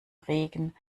regen